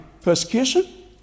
persecution